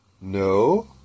No